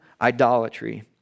idolatry